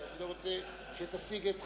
כי אני לא רוצה שתשיג את חבר הכנסת איתן.